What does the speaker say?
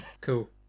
Cool